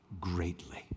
greatly